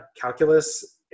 calculus